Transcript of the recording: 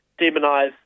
demonise